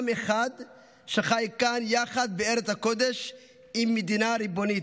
אחד שחי כאן יחד בארץ הקודש במדינה ריבונית.